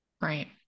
Right